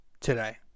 today